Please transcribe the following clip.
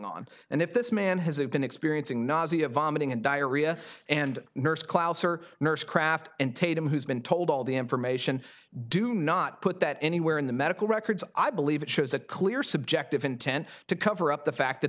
on and if this man has been experiencing nazia vomiting and diarrhea and nursed clouser nurse craft and tatum who's been told all the information do not put that anywhere in the medical records i believe it shows a clear subjective intent to cover up the fact that